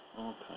Okay